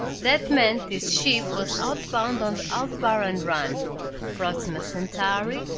that meant this ship was outbound on the aldebaran run proxima centauri,